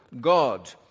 God